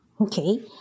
Okay